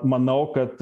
manau kad